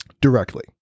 directly